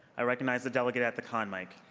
i recognize the delegate at the con mic.